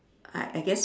I I guess